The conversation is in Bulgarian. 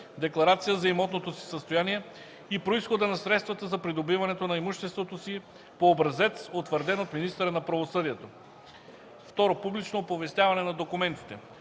декларация за имотното си състояние и произхода на средствата за придобиването на имуществото си по образец, утвърден от министъра на правосъдието. 2. Публично оповестяване на документите.